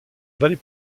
vallée